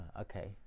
Okay